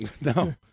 No